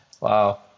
wow